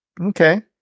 Okay